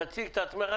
תציג את עצמך,